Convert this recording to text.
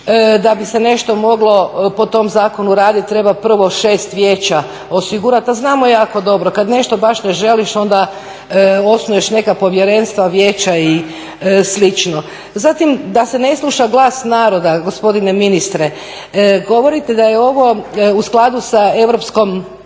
da bi se nešto moglo po tom zakonu raditi treba prvo 6 vijeća osigurati a znamo jako dobro kada nešto baš ne želiš onda osnuješ neka povjerenstva, vijeća i slično. Zatim, da se ne sluša glas naroda, gospodine ministre, govorite da je ovo u skladu sa Europskom